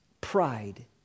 pride